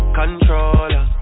controller